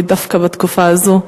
ארצות-הברית, דווקא בתקופה הזאת,